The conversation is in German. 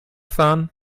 fahren